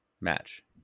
match